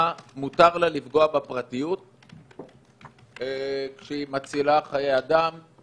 מותר לפגוע בפרטיות כשהיא מצילה חיי אדם;